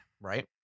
Right